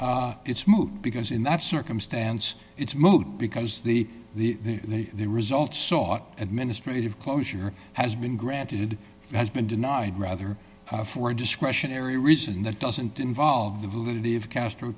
moot because in that circumstance it's moot because the the the result sought administrative closure has been granted has been denied rather for a discretionary reason that doesn't involve the validity of castro